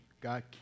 God